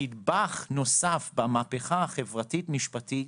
שנדבך נוסף במהפכה החברתית-משפטית